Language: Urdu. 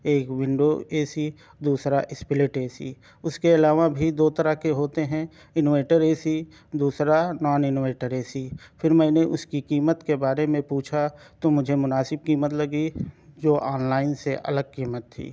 ایک ونڈو اے سی دوسرا اسپلٹ اے سی اس کے علاوہ بھی دو طرح کے ہوتے ہیں انویٹر اے سی دوسرا نان انویٹر اے سی پھر میں نے اس کی قیمت کے بارے میں پوچھا تو مجھے مناسب قیمت لگی جو آن لائن سے الگ قیمت تھی